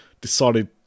decided